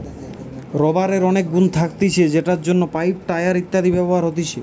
রাবারের অনেক গুন্ থাকতিছে যেটির জন্য পাইপ, টায়র ইত্যাদিতে ব্যবহার হতিছে